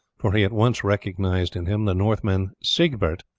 for he at once recognized in him the northman siegbert,